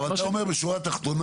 אבל אתה אומר בשורה תחתונה,